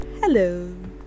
Hello